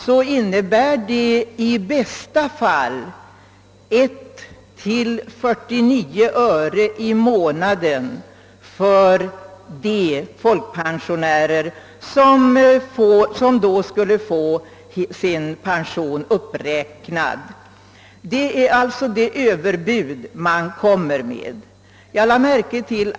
Det innebär i bästa fall en höjning av pensionen från 1 till 49 öre i månaden. Det är alltså det storartade överbud man kommer med!